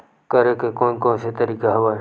करे के कोन कोन से तरीका हवय?